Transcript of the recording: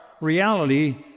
reality